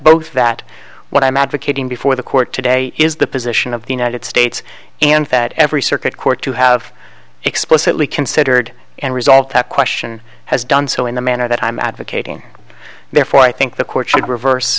both that what i'm advocating before the court today is the position of the united states and fed every circuit court to have explicitly considered and result that question has done so in the manner that i'm advocating therefore i think the court should reverse